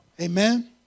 Amen